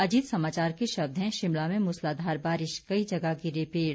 अजीत समाचार के शब्द हैं शिमला में मुसलाधार बारिश कई जगह गिरे पेड़